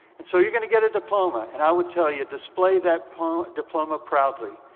and so you're gonna get a diploma, and i would tell you display that um diploma proudly.